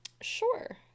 Sure